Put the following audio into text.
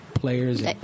players